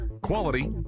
quality